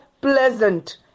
pleasant